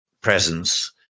presence